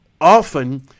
often